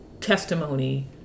testimony